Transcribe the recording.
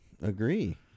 agree